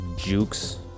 jukes